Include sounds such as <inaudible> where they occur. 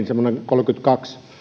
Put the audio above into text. <unintelligible> semmoinen kolmekymmentäkaksi